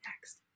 next